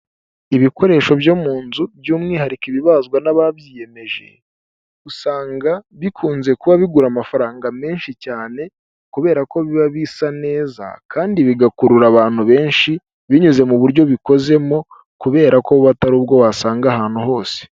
Ibikoresho byo mu nzu by'umwihariko ibibazwa n'ababyiyemeje usanga bikunze kuba bigura amafaranga menshi cyane, kubera ko biba bisa neza kandi bigakurura abantu benshi binyuze mu buryo bikozemo kubera ko atari ubwo wasanga ahantu hose.